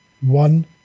one